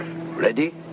ready